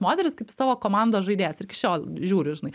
moteris kaip savo komandos žaidėjas iki šiol žiūriu žinai